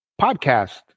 podcast